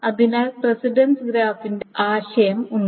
അതിനാൽ പ്രസിഡൻസ് ഗ്രാഫിന്റെ ആശയം ഉണ്ട്